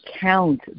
count